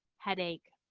headache,